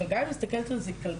אבל גם אם אני מסתכלת על זה כללית,